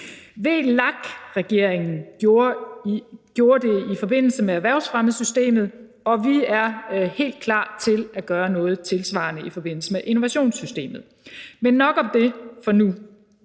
VLAK-regeringen gjorde det i forbindelse med erhvervsfremmesystemet, og vi er helt klar til at gøre noget tilsvarende i forbindelse med innovationssystemet. Men nok om det for nu.